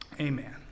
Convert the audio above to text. Amen